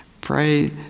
Pray